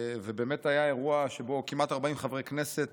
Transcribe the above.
ובאמת היה אירוע שבו כמעט 40 חברי כנסת